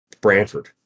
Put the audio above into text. Brantford